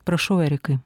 prašau erikai